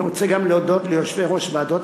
אני רוצה להודות גם ליושבי-ראש ועדות